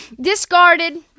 Discarded